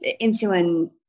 insulin